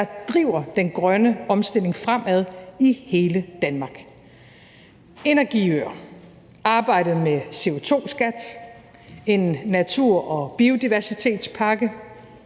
der driver den grønne omstilling fremad i hele Danmark. Det drejer sig om energiøer, arbejdet med CO2-skat, en natur- og biodiversitetspakke,